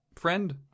Friend